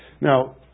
Now